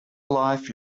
life